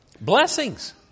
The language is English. Blessings